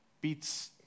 beats